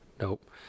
Nope